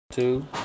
Two